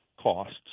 costs